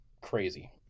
Crazy